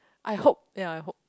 I hope ya I hope